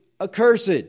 accursed